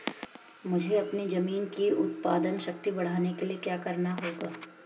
मुझे अपनी ज़मीन की उत्पादन शक्ति बढ़ाने के लिए क्या करना होगा?